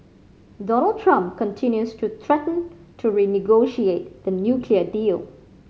Donald Trump continues to threaten to renegotiate the nuclear deal